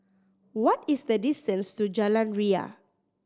what is the distance to Jalan Ria